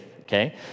okay